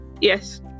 Yes